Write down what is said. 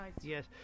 yes